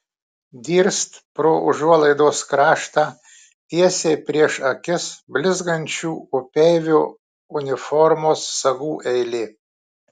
dirst pro užuolaidos kraštą tiesiai prieš akis blizgančių upeivio uniformos sagų eilė